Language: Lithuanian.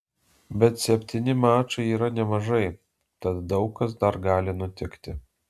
bet septyni mačai yra nemažai tad daug kas dar gali nutikti